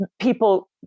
people